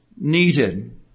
needed